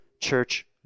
church